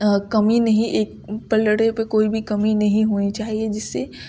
کمی نہیں پلڑے پہ کوئی بھی کمی نہیں ہونی چاہیے جس سے